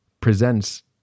presents